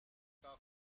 kaa